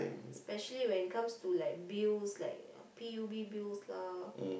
especially when it comes to like bills like P_U_B bills lah